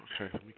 Okay